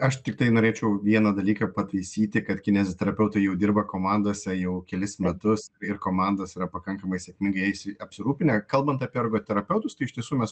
aš tiktai norėčiau vieną dalyką pataisyti kad kineziterapeutai jau dirba komandose jau kelis metrus ir komandos yra pakankamai sėkmingai jais apsirūpinę kalbant apie ergoterapeutus tai iš tiesų mes